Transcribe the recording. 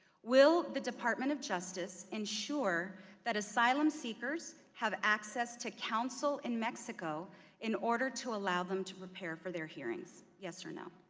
will the department of justice ensure that asylum-seekers have access to counsel in mexico in order to allow them to prepare for their hearings? yes or no.